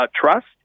trust